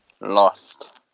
Lost